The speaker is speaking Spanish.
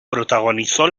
protagonizó